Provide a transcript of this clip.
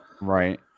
Right